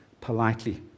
politely